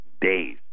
days